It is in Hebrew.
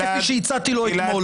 כפי שהצעתי לו אתמול.